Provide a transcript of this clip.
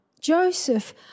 Joseph